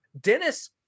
Dennis